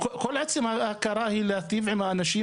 כל עצם ההכרה היא להיטיב עם האנשים